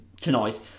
tonight